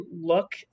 look